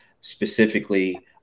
specifically